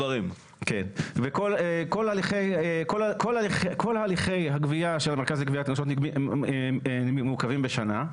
וכל הליכי הגבייה של המרכז לגביית קנסות מעוכבים בשנה.